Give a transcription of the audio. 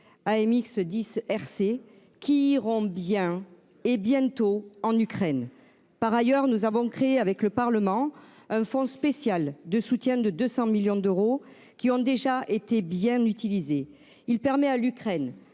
AMX 10 RC, qui iront bientôt en Ukraine. Par ailleurs, nous avons créé avec le Parlement un fonds spécial de soutien de 200 millions d'euros, qui sont déjà bien utilisés. Ce fonds permet à l'Ukraine